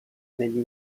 negli